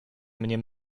mnie